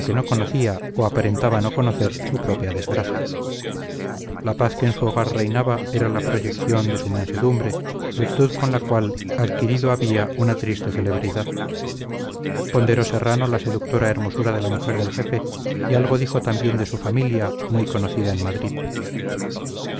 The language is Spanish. no conocía o aparentaba no conocer su propia desgracia la paz que en su hogar reinaba era la proyección de su mansedumbre virtud con la cual adquirido había una triste celebridad ponderó serrano la seductora hermosura de la mujer del jefe y algo dijo también de su familia muy conocida en madrid